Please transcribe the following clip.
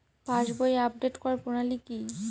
পাসবই update করার প্রণালী কি?